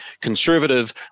conservative